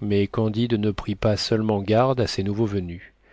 mais candide ne prit pas seulement garde à ces nouveaux venus